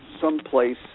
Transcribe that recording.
someplace